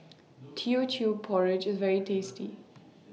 Teochew Porridge IS very tasty